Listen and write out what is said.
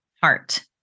heart